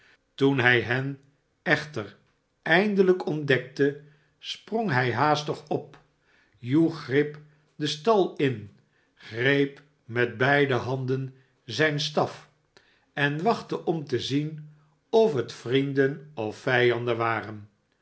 toen hij hen echter eindelijk ontdekte hij is gek sprong hij haastig op joeg grip den stal in greep met beide handen zijn staf en wachtte om te zien of het vrienden of vijanden waren